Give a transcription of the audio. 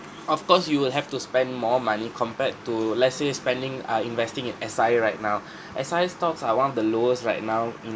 of course you will have to spend more money compared to let's say spending uh investing in S_I_A right now S_I_A stocks are one of the lowest right now in